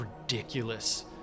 ridiculous